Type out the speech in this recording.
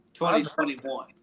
2021